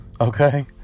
Okay